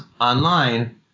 online